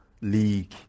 League